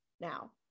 now